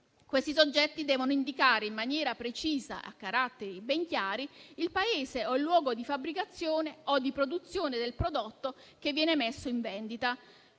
Questi soggetti devono indicare in maniera precisa, a caratteri ben chiari, il Paese o il luogo di fabbricazione o di produzione del prodotto che viene messo in vendita.